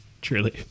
Truly